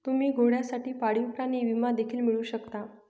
तुम्ही घोड्यांसाठी पाळीव प्राणी विमा देखील मिळवू शकता